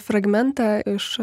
fragmentą iš